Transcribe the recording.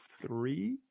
three